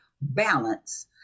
balance